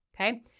okay